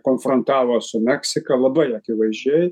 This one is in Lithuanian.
konfrontavo su meksika labai akivaizdžiai